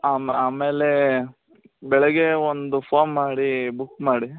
am ಆಮೇಲೆ ಬೆಳಿಗ್ಗೆ ಒಂದು ಫೋನ್ ಮಾಡಿ ಬುಕ್ ಮಾಡಿ